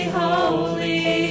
holy